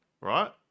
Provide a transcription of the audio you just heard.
right